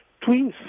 Twins